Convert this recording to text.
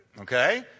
okay